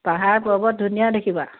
পাহাৰ পৰ্বত ধুনীয়া দেখিবা